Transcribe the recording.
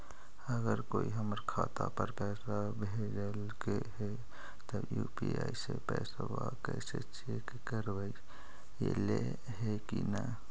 अगर कोइ हमर खाता पर पैसा भेजलके हे त यु.पी.आई से पैसबा कैसे चेक करबइ ऐले हे कि न?